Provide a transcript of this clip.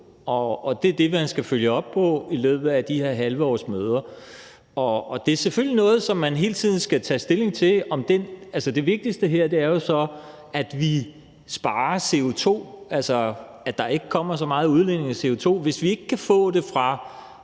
og det er det, man skal følge op på i løbet af de her halvårlige møder. Det er selvfølgelig noget, som man hele tiden skal tage stilling til. Det vigtigste her er, at vi sparer CO2, altså at der ikke kommer så meget udledning af CO2. Hvis vi ikke kan få det ved